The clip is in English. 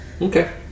Okay